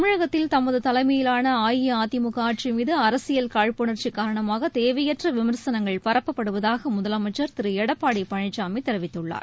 தமிழகத்தில் தமது தலைமையிலான அஇஅதிமுக ஆட்சி மீது அரசியல் காழ்ப்புணர்ச்சி காரணமாக தேவையற்ற விமர்சனங்கள் பரப்பப்படுவதாக முதலமைச்சர் திரு எடப்பாடி பழனிசாமி தெரிவித்துள்ளார்